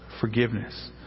forgiveness